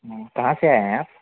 ہوں کہاں سے آئے ہیں آپ